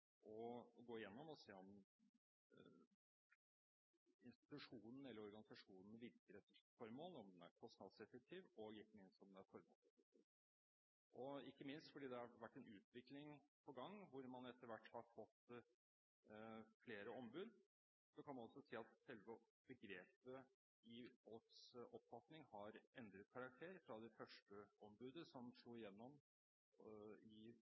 å gå gjennom og se om institusjonen eller organisasjonen virker etter sitt formål og om den er kostnadseffektiv – ikke minst fordi det har vært en utvikling på gang hvor man etter hvert har fått flere ombud. Så kan man også si at selve begrepet i folks oppfatning har endret karakter fra det første ombudet som slo